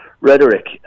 rhetoric